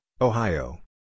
Ohio